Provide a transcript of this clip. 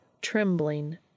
trembling